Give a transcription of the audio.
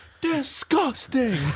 disgusting